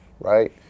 right